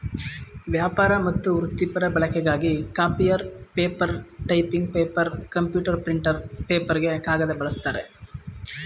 ವ್ಯಾಪಾರ ಮತ್ತು ವೃತ್ತಿಪರ ಬಳಕೆಗಾಗಿ copier paper typing paper computer printer ಪೇಪರ್ಗೆ ಕಾಗದ ಬಳಸ್ತಾರೆ